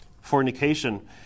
fornication